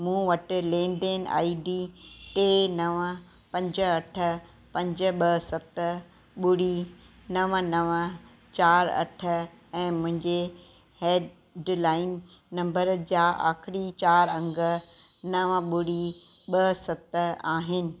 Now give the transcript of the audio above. मूं वटि लेन देन आई डी टे नवं पंज अठ पंज ॿ सत ॿुड़ी नवं नवं चार अठ ऐं मुंहिंजे हैडलाइन नम्बर जा आख़िरी चार अंग नवं ॿुड़ी ॿ सत आहिनि